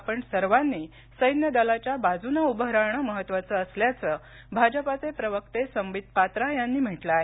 आपण सर्वांनी अशा प्रकरणी सैन्यदलाच्या बाजून उभं राहणं महत्वाचं असल्याचं भाजपाचे प्रवक्ते संबित पात्रा यांनी म्हटलं आहे